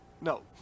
No